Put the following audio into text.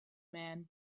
man